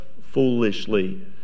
foolishly